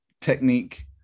technique